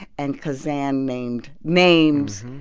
and kazan named names.